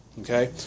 Okay